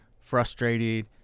frustrated